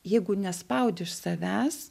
jeigu nespaudi iš savęs